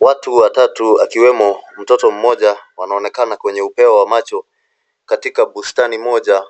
Watu watatu akiwemo mtoto mmoja wanaoneka kwenye upeo wa macho, katika bustani moja